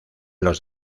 los